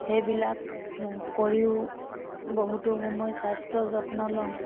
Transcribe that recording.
সেইবিলাক কৰিও বহুতো সময় স্বাস্থ্য যত্ন লওঁ